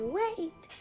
wait